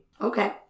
Okay